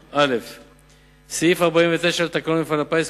1. מדוע לא נקבעים קריטריונים לחלוקה שוויונית של תקציבי מפעל הפיס?